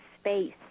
space